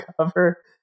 cover